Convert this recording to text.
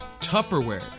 Tupperware